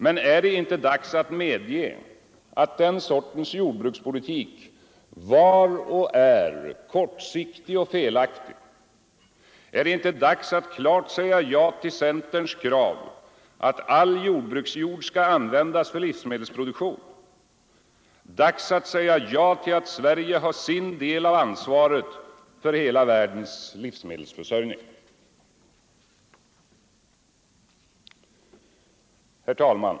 Men är det inte dags att medge att den sortens jordbrukspolitik var och är kortsiktig och felaktig? Är det inte dags att klart säga ja till centerns krav att all jordbruksjord skall användas för livsmedelsproduktion? Dags att säga ja till att Sverige har sin del av ansvaret för hela världens livsmedelsförsörjning? Herr talman!